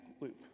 loop